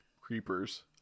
creepers